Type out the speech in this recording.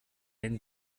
den